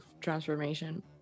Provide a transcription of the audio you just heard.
transformation